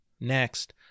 Next